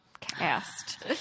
cast